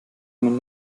jemand